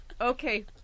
okay